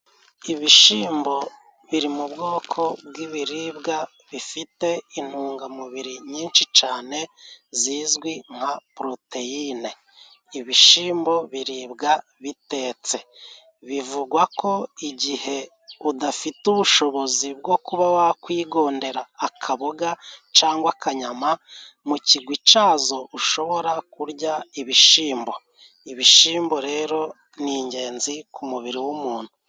Ibishimbo biri mu bwoko bw'ibiribwa bifite intungamubiri nyinshi cane zizwi nka poroteyine. Ibishimbo biribwa bitetse. Bivugwa ko igihe udafite ubushobozi bwo kuba wakwigondera akaboga cangwa akanyama, mu kigwi cazo ushobora kurya ibishimbo. Ibishyimbo rero ni ingenzi ku mubiri w'umuntu.